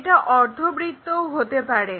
এটা অর্ধবৃত্তও হতে পারে